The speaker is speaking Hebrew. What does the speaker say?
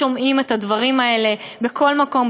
שומעים את הדברים האלה בכל מקום,